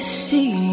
see